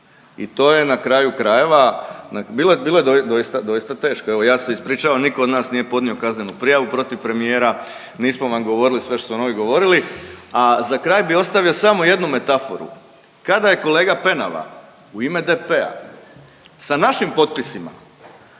i to je na kraju krajeva, bilo je doista teško. Evo ja se ispričavam niko od nas nije podnio kaznenu prijavu protiv premijera, nismo vam govorili sve što su vam oni govorili. A za kraj bi ostavio samo jednu metaforu, kada je kolega Penava u ime DP-a sa našim potpisima